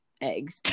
eggs